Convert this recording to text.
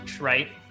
right